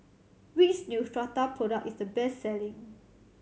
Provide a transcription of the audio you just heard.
which Neostrata product is the best selling